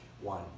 one